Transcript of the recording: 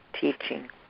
teaching